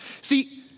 See